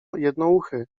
jednouchy